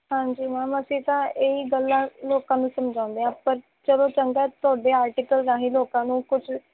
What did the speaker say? ਹਾਂਜੀ ਮੈਮ ਅਸੀਂ ਤਾਂ ਇਹ ਹੀ ਗੱਲਾਂ ਲੋਕਾਂ ਨੂੰ ਸਮਝਾਉਂਦੇ ਹਾਂ ਪਰ ਚਲੋ ਚੰਗਾ ਤੁਹਾਡੇ ਆਰਟੀਕਲ ਰਾਹੀਂ ਲੋਕਾਂ ਨੂੰ ਕੁਛ